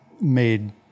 made